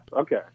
okay